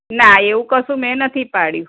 ના એવું કશું મેં નથી પાડ્યું